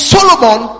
Solomon